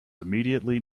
immediately